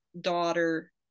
daughter